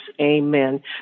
amen